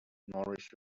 nourish